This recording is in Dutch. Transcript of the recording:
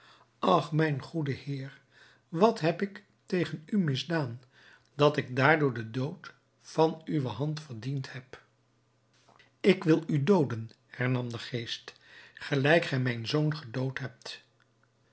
ach mijn goede heer wat heb ik tegen u misdaan dat ik daardoor den dood van uwe hand verdiend heb ik wil u dooden hernam de geest gelijk gij mijn zoon gedood hebt